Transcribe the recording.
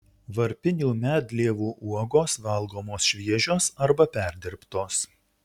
varpinių medlievų uogos valgomos šviežios arba perdirbtos